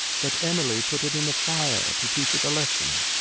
but emily put it in the fire, to teach it a lesson.